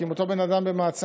כי אם אותו בן אדם במעצר,